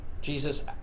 Jesus